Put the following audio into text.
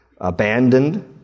abandoned